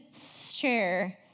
share